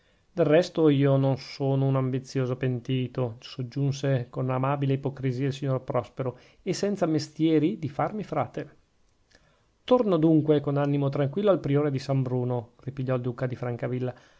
del resto io non sono un ambizioso pentito soggiunse con amabile ipocrisia il signor prospero e senza mestieri di farmi frate torno dunque con animo tranquillo al priore di san bruno ripigliò il duca di francavilla